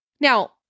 Now